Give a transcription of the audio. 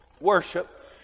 worship